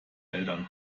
eltern